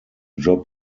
job